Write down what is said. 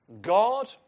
God